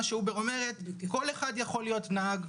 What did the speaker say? אובר אומרת שכל אחד יכול להיות נהג,